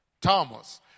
Thomas